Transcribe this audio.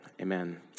amen